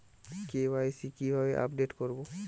KYC কিভাবে update করব?